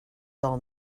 dull